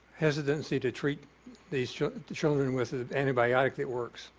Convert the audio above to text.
hesitancy to treat these children with antibiotics that works.